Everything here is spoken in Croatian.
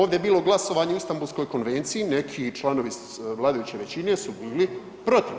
Ovdje je bilo glasanje o Istambulskoj konvenciji, neki članovi vladajuće većine su bili protiv.